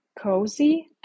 cozy